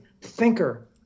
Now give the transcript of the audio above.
thinker